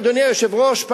אדוני היושב-ראש,